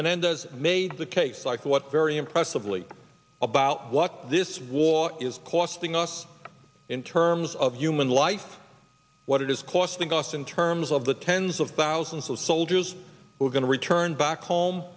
menendez made the case like what very impressively about what this war is costing us in terms of human life what it is costing us in terms of the tens of thousands of soldiers who are going to return back home